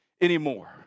anymore